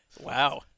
Wow